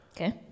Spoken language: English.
Okay